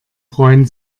freuen